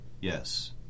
Yes